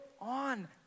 on